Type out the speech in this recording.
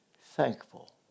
thankful